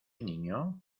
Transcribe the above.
niño